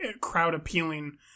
crowd-appealing